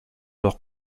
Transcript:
leurs